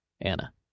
Anna